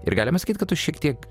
ir galima sakyt kad tu šiek tiek